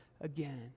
again